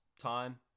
time